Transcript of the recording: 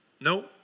No